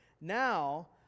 Now